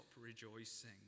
rejoicing